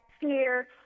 fear